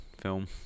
film